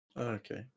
Okay